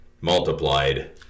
multiplied